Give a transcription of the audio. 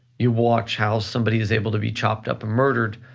you watch how somebody is able to be chopped up and murdered.